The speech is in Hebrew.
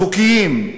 החוקיים,